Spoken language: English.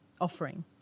offering